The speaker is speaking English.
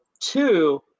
Two